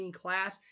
class